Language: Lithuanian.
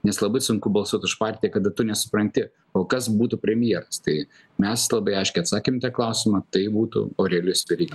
nes labai sunku balsuot už partiją kada tu nesupranti o kas būtų premjeras tai mes labai aiškiai atsakėm į tą klausimą tai būtų aurelijus veryga